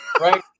right